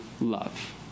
love